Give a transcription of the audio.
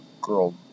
girl